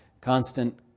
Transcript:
constant